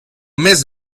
més